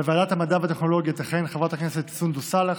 בוועדת המדע והטכנולוגיה תכהן חברת הכנסת סונדוס סאלח,